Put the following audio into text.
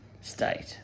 state